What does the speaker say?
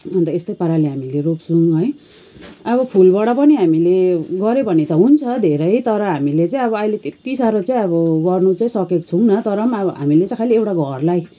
अन्त यस्तै पाराले हामीले रोप्छौँ है अब फुलबाट पनि हामीले गऱ्यौँ भने त हुन्छ धेरै तर हामीले चाहिँ अब अहिले त्यत्ति साह्रो चाहिँ अब गर्नु चाहिँ सकेको छौँन तर पनि अब हामीले चाहिँ खालि एउटा घरलाई